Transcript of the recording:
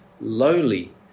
lowly